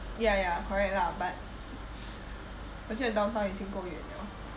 ya ya correct lah but 我觉得 downtown 已经够远了